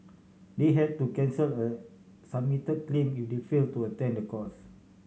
they had to cancel a submitted claim if they failed to attend the course